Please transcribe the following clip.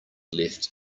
left